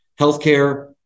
healthcare